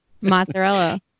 mozzarella